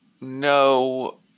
No